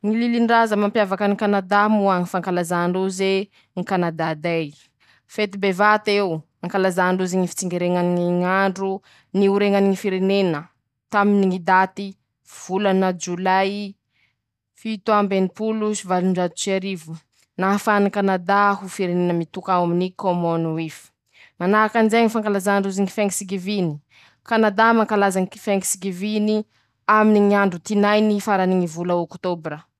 Ñy lilindraza mampiavaka any Kanadà moa: ñy fankalazà ndroze ñy kanadàdey, fety bevat'eo, ankalazà ndrozy ñy fitsingereña ny ñ'andro nioreñany ñy firenena, taminy ñy daty, volana jolay fito amby enimpolo sy valonjato ts'arivo, nahafahan'ny Kanadà ho firenena mitoka ao amin'ny kômôny hoify, manahakan'izay ñy fankalazà ndrozy thans geving, Kanadà mankalaza ñy thans geving aminy ñ'andro tinainy farany volana ôktôbra.